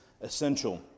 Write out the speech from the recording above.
essential